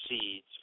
seeds